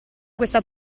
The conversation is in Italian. questa